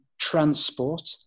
transport